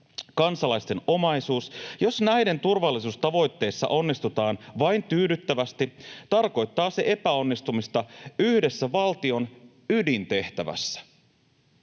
kansalaisten omaisuus — jos näiden turvallisuustavoitteissa onnistutaan vain tyydyttävästi, tarkoittaa se epäonnistumista yhdessä valtion ydintehtävässä.